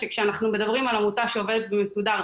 שכשאנחנו מדברים על עמותה שעובדת מסודר,